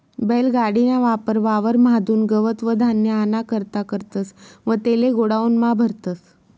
बैल गाडी ना वापर वावर म्हादुन गवत व धान्य आना करता करतस व तेले गोडाऊन म्हा भरतस